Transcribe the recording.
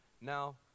Now